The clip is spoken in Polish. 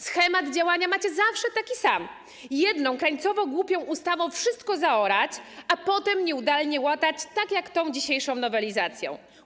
Schemat działania macie zawsze taki sam: jedną, krańcowo głupią ustawą wszystko zaorać, a potem nieudolnie łatać, tak jak tą dzisiejszą nowelizacją.